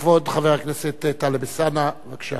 כבוד חבר הכנסת טלב אלסאנע, בבקשה.